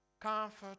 Comfort